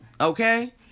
Okay